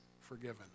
forgiven